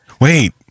Wait